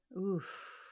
Oof